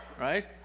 right